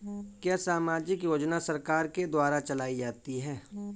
क्या सामाजिक योजना सरकार के द्वारा चलाई जाती है?